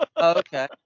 Okay